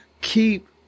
keep